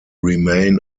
remain